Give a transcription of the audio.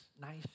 nice